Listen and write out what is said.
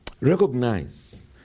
Recognize